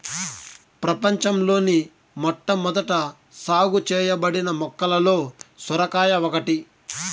ప్రపంచంలోని మొట్టమొదట సాగు చేయబడిన మొక్కలలో సొరకాయ ఒకటి